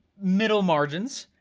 middle margins,